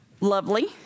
lovely